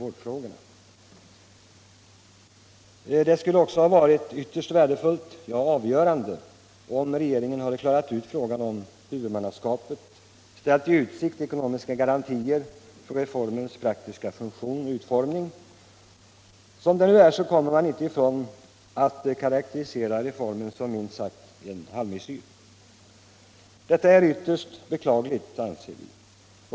Fylleristraffets Det skulle också ha varit ytterst värdefullt, ja avgörande, om regeringen — avskaffande, m.m. klarat ut frågan om huvudmannaskapet och ställt i utsikt ekonomiska garantier för reformens praktiska funktion och utformning. Som det nu är kommer man inte ifrån att karakterisera reformen som minst sagt en halvmesyr. Detta är ytterst beklagligt, anser vi.